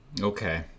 Okay